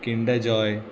kind Joy